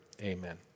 Amen